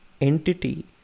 entity